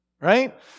right